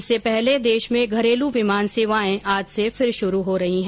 इससे पहले देश में घरेलू विमान सेवाएं आज से फिर शुरू हो रही है